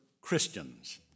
Christians